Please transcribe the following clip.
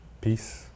Peace